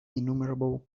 innumerable